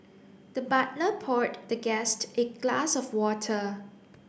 the butler poured the guest a glass of water